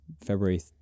February